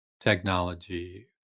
technology